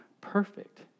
perfect